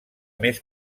més